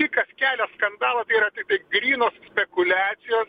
tie kelia skandalą tai yra tiktai grynos spekuliacijos